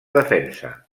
defensa